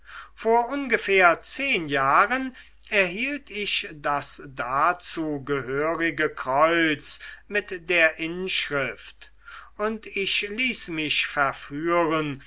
vor ungefähr zehn jahren erhielt ich das dazugehörige kreuz mit der inschrift und ich ließ mich verführen